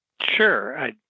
Sure